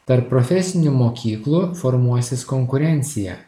tarp profesinių mokyklų formuosis konkurencija